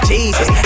Jesus